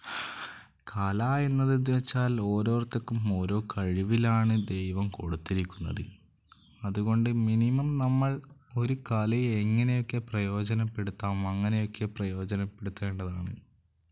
കല എന്നതെന്ന് വെച്ചാൽ ഓരോരുത്തർക്കും ഓരോ കഴിവിലാണ് ദൈവം കൊടുത്തിരിക്കുന്നത് അതുകൊണ്ട് മിനിമം നമ്മൾ ഒരു കലയെ എങ്ങനെയൊക്കെ പ്രയോജനപ്പെടുത്താം അങ്ങനെയൊക്കെ പ്രയോജനപ്പെടുത്തേണ്ടതാണ്